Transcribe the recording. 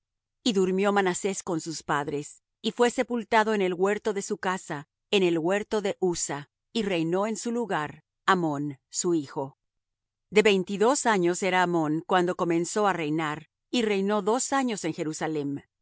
y durmió manasés con sus padres y fué sepultado en el huerto de su casa en el huerto de uzza y reinó en su lugar amón su hijo de veinte y dos años era amón cuando comenzó á reinar y reinó dos años en jerusalem